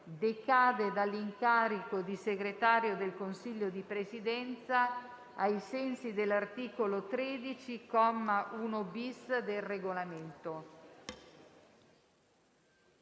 decade dall'incarico di Segretario del Consiglio di Presidenza, ai sensi dell'articolo 13, comma 1-*bis*, del Regolamento.